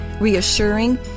reassuring